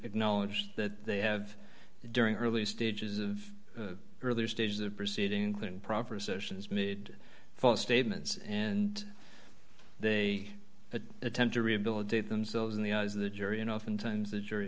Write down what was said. cknowledged that they have during early stages of earlier stages of proceeding including propositions made false statements and they attempt to rehabilitate themselves in the eyes of the jury and oftentimes the jury